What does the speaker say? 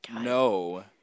No